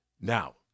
now